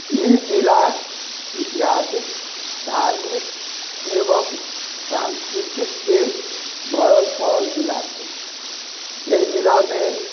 ई जिला ऐतिहासिक धार्मिक एवम सांस्कृतिकसँ भरल परल जिला छै एहि जिलामे